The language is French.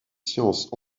sciences